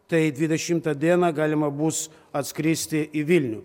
tai dvidešimtą dieną galima bus atskristi į vilnių